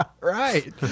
Right